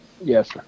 Yes